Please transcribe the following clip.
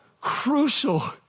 crucial